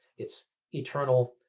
it's eternal